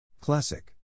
Classic